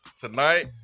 tonight